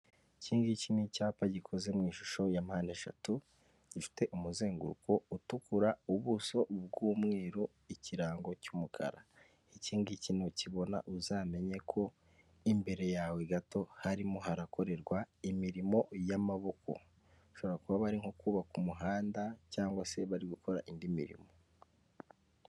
iki ngiki ni icyapa gikoze mu ishusho ya mpande eshatu gifite umuzenguruko utukura, ubuso bw'umweru, ikirango cy'umukara, iki ngiki nukibona uzamenye ko imbere yawe gato harimo harakorerwa imirimo y'amaboko bashobora kuba bari nko kubaka umuhanda cyangwa se bari gukora indi mirimo.